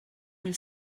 mil